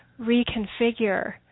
reconfigure